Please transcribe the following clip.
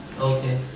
Okay